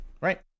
Right